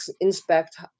inspect